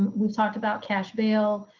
we've talked about cash bail.